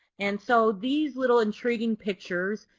and so these little intriguing pictures,